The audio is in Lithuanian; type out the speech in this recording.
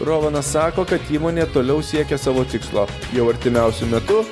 rovanas sako kad įmonė toliau siekia savo tikslo jau artimiausiu metu